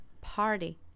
Party